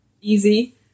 easy